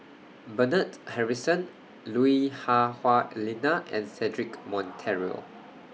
Bernard Harrison Lui Hah Wah Elena and Cedric Monteiro